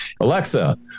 Alexa